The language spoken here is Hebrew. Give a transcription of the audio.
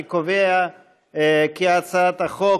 אני קובע שהצעת החוק